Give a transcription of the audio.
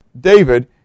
David